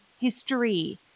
history